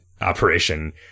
operation –